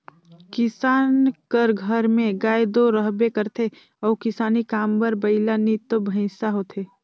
किसान कर घर में गाय दो रहबे करथे अउ किसानी काम बर बइला नी तो भंइसा होथे